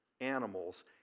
animals